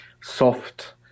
soft